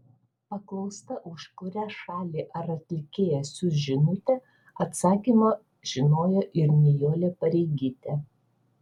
paklausta už kurią šalį ar atlikėją siųs žinutę atsakymą žinojo ir nijolė pareigytė